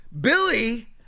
Billy